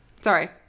sorry